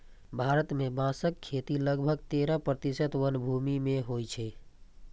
भारत मे बांसक खेती लगभग तेरह प्रतिशत वनभूमि मे होइ छै